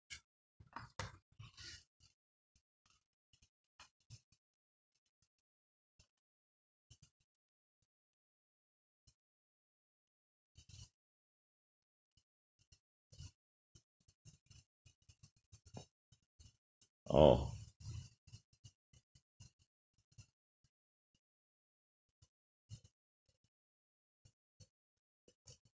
oh